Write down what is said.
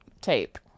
tape